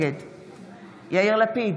נגד יאיר לפיד,